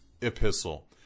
epistle